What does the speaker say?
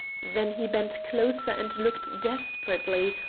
then he bent closer and looked desperately,